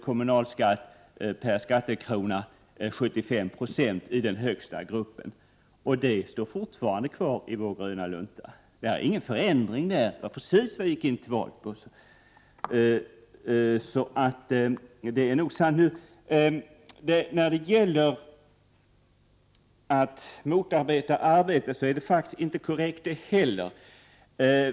kommunalskatt per skattekrona innebar 75 96 i den högsta gruppen. Det står fortfarande kvar i vår gröna lunta. Det är ingen förändring där, utan det är precis vad vi gick till val på. Att vi skulle motarbeta arbete är faktiskt inte heller korrekt.